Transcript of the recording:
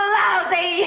lousy